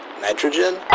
Nitrogen